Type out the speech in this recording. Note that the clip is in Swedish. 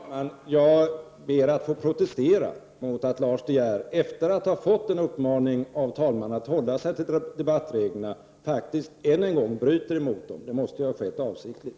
Herr talman! Jag ber att få protestera mot att Lars De Geer, efter att ha fått en uppmaning av talmannen att hålla sig till debattreglerna, faktiskt än en gång bryter mot dem. Det måste ha skett avsiktligt.